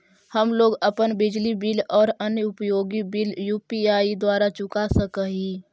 हम लोग अपन बिजली बिल और अन्य उपयोगि बिल यू.पी.आई द्वारा चुका सक ही